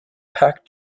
packed